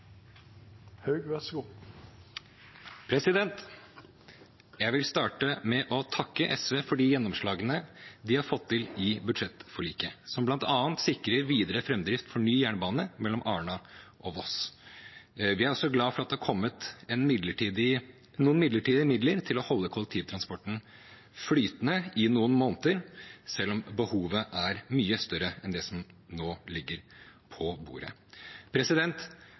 i budsjettforliket, som bl.a. sikrer videre framdrift for ny jernbane mellom Arna og Voss. Vi er også glad for at det har kommet noen midlertidige midler til å holde kollektivtransporten flytende i noen måneder, selv om behovet er mye større enn det som nå ligger på bordet.